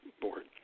board